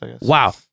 Wow